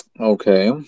Okay